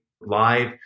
live